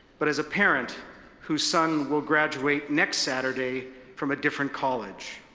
but as a parent whose son will graduate next saturday from a different college.